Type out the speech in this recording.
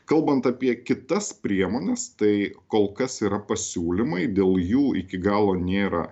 kalbant apie kitas priemones tai kol kas yra pasiūlymai dėl jų iki galo nėra